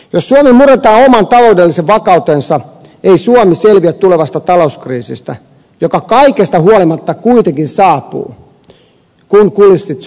jos suomi murentaa oman taloudellisen vakautensa ei suomi selviä tulevasta talouskriisistä joka kaikesta huolimatta kuitenkin saapuu kun kulissit sortuvat